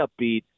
upbeat